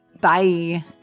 Bye